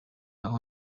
aho